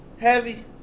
Heavy